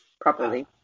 properly